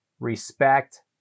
Respect